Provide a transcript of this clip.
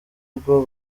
bwo